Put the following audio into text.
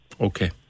Okay